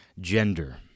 gender